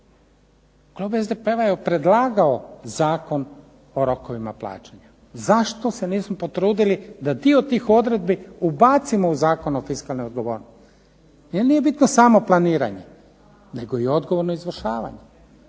Klub SDP-a je predlagao Zakon o rokovima plaćanja. Zašto se nismo potrudili da dio tih odredbi ubacimo u Zakon o fiskalnoj odgovornosti? Jer nije bitno samo planiranje, nego i odgovorno izvršavanje.